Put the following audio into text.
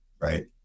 right